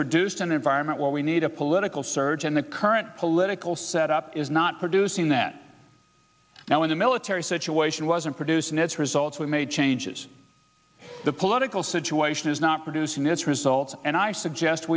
produced an environment where we need a political surge and the current political set up is not producing that now when the military situation wasn't producing its results we made changes the political situation is not producing this result and i suggest